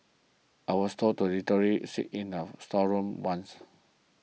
I was told to literally sit in a storeroom once